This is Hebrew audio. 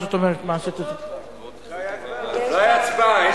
לא היתה הצבעה.